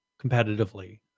competitively